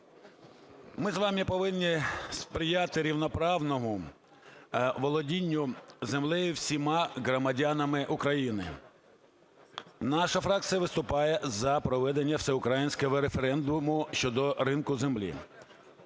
Ми з вами повинні сприяти рівноправному володінню землею всіма громадянами України. Наша фракція виступає за проведення всеукраїнського референдуму щодо ринку землі.